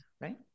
right